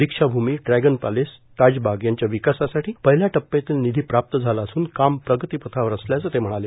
Deekshabhoomi dragon palace Tajbagh यांच्या विकासासाठी पहिल्या टप्प्यातील निधी प्राप्त झाला असून काम प्रगती पथावर असल्याचं ते म्हणाले